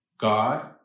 God